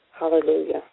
Hallelujah